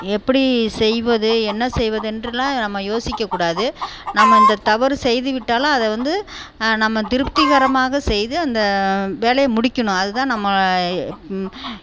எப்படி செய்வது என்ன செய்வதென்றுலாம் நம்ம யோசிக்க கூடாது நம்ம இந்த தவறு செய்து விட்டாலும் அதை வந்து நம்ம திருப்திகரமாக செய்து அந்த வேலையை முடிக்கணும் அது தான் நம்ம